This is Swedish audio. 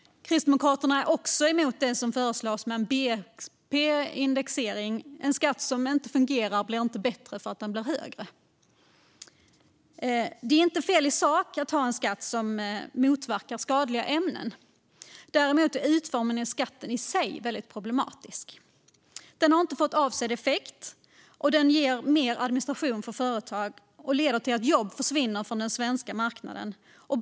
Kristdemokraterna är också emot den föreslagna bnp-indexeringen. En skatt som inte fungerar blir inte bättre för att den blir högre. En skatt som motverkar användning av skadliga ämnen är inte fel i sig. Däremot är utformningen av skatten problematisk. Den har inte fått avsedd effekt. Den leder till mer administration för företagen och till att jobb försvinner från den svenska marknaden.